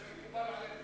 אני בהחלט מסכים אתך.